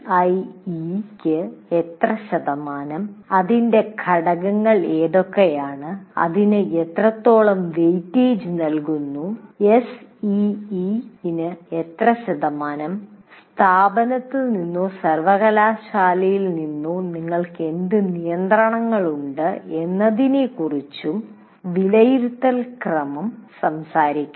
CIE യ്ക്ക് എത്ര ശതമാനം അതിന്റെ ഘടകങ്ങൾ എന്തൊക്കെയാണ് അതിന് എത്രത്തോളം വെയിറ്റേജ് നൽകുന്നു SEE ന് എത്ര ശതമാനം സ്ഥാപനത്തിൽ നിന്നോ സർവകലാശാലയിൽ നിന്നോ നിങ്ങൾക്ക് എന്ത് നിയന്ത്രണങ്ങളുണ്ട് എന്നതിനെക്കുറിച്ചും വിലയിരുത്തൽ ക്രമം സംസാരിക്കും